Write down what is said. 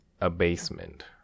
abasement